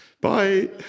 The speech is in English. Bye